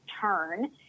turn